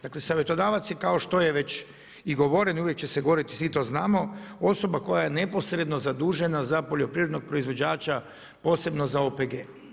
Dakle, savjetodavac je kao što je već i govoreno i uvijek će se govoriti i svi to znamo, osoba koja je neposredno zadužena za poljoprivrednog proizvođača, posebno za OPG.